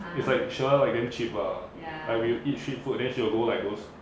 it's like sher like damn cheap lah like we will eat street food then she will go like those